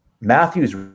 Matthew's